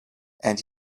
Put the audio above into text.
and